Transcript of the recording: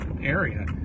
area